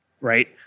right